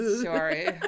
Sorry